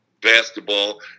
basketball